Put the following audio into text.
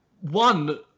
one